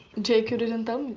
jake didn't um